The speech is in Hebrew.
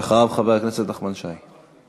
אחריו, חבר הכנסת נחמן שי.